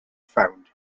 found